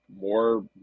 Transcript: more